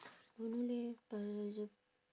don't know leh palazzo